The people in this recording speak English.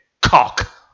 cock